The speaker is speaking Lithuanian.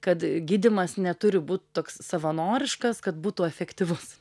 kad gydymas neturi būt toks savanoriškas kad būtų efektyvus